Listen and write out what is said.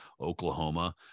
Oklahoma